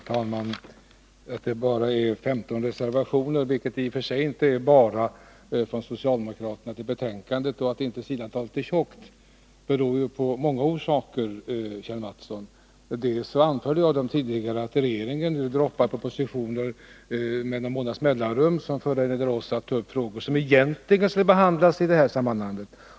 Herr talman! Att socialdemokraterna fogat bara 15 reservationer — det är i och för sig inte bara — till betänkandet och att betänkandet inte är tjockt har många orsaker, Kjell Mattsson. Jag anförde tidigare att regeringen nu droppar propositioner med någon månads mellanrum som föranleder oss att ta upp frågor som egentligen skall behandlas i det här sammanhanget.